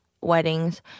weddings